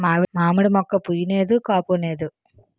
మావిడి మోక్క పుయ్ నేదు కాపూనేదు